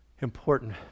important